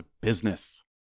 business